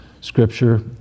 Scripture